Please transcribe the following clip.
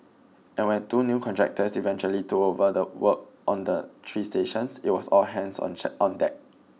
and when two new contractors eventually took over the work on the three stations it was all hands on check on deck